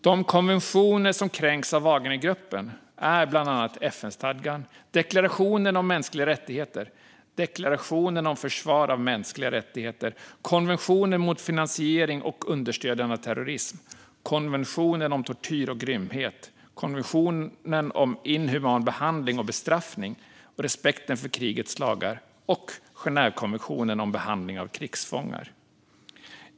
De konventioner som kränks av Wagnergruppen är bland annat FN-stadgan, deklarationen om mänskliga rättigheter, deklarationen om försvar av mänskliga rättigheter, konventionen mot finansiering och understödjande av terrorism, konventionen om tortyr och grymhet, konventionen om inhuman behandling och bestraffning, respekten för krigets lagar och Genèvekonventionen om behandling av krigsfångar.